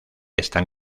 están